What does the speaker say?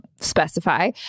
specify